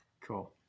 Cool